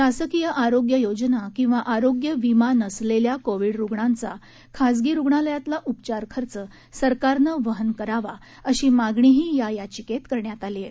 शासकीय आरोग्य योजना किंवा आरोग्य विमा नसलेल्या कोविड रुग्णांचा खासगी रुग्णालयातला उपचार खर्च सरकारने वहन करावा अशी मागणीही या याचिकेत करण्यात आली आहे